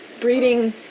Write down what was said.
breeding